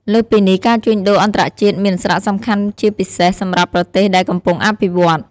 លើសពីនេះការជួញដូរអន្តរជាតិមាន សារៈសំខាន់ជាពិសេស សម្រាប់ប្រទេសដែលកំពុងអភិវឌ្ឃ។